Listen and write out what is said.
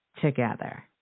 together